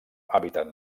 hàbitat